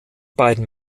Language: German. beiden